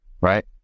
right